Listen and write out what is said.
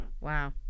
wow